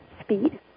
speed